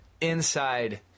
inside